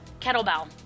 Kettlebell